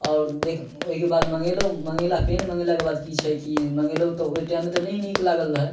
आओर देखि ओहिके बाद मँगेलहुँ मँगेला पेन मँगेलाके बाद कि छै कि मँगेलहुँ तऽ ओहि टाइममे तऽ नहि नीक लागल रहै